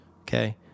Okay